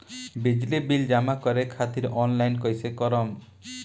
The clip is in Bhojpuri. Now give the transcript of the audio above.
बिजली बिल जमा करे खातिर आनलाइन कइसे करम?